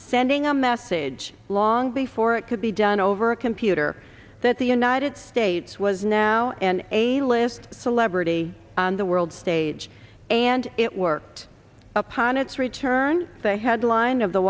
sending a message long before it could be done over a computer that the united states was now an a list celebrity on the world stage and it worked upon its return the headline of the